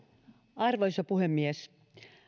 arvoisa puhemies